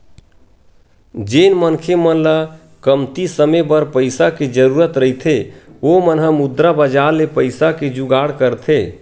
जेन मनखे मन ल कमती समे बर पइसा के जरुरत रहिथे ओ मन ह मुद्रा बजार ले पइसा के जुगाड़ करथे